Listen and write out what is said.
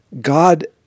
God